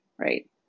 right